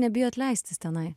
nebijot leistis tenai